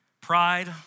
pride